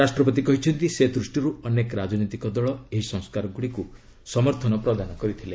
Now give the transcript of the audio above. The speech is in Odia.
ରାଷ୍ଟ୍ରପତି କହିଛନ୍ତି ସେ ଦୃଷ୍ଟିରୁ ଅନେକ ରାଜନୈତିକ ଦଳ ଏହି ସଂସ୍କାରଗୁଡ଼ିକୁ ସମର୍ଥନ ପ୍ରଦାନ କରିଥିଲେ